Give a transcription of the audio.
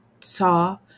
saw